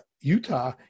Utah